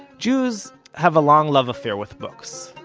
jews have a long love affair with books.